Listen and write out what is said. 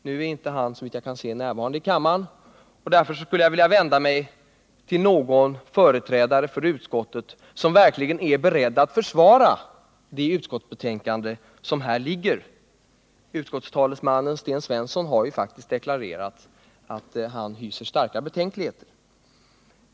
Nu är han, såvitt jag kan se, inte närvarande i kammaren, och därför skulle jag vilja vända mig till någon företrädare för utskottet som verkligen är beredd att försvara det utskottsbetänkande som föreligger. Utskottstalesmannen Sten Svensson har ju faktiskt deklarerat att han hyser starka betänkligheter mot förslaget.